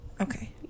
Okay